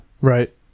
Right